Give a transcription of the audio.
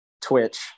Twitch